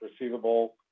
receivable